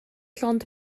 llond